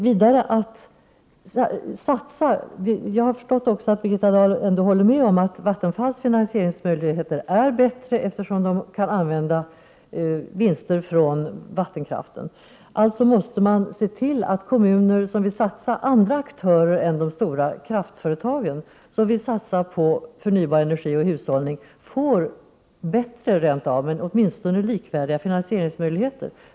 Vidare har jag förstått att Birgitta Dahl ändå håller med om att Vattenfalls finansieringsmöjligheter är bättre, eftersom man där kan använda vinster från vattenkraften. Alltså måste man se till att kommuner och andra aktörer än de stora kraftföretagen som vill satsa på förnybar energi och hushållning får åtminstone likvärdiga finansieringsmöjligheter.